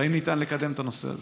ואם ניתן לקדם את הנושא הזה.